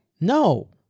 No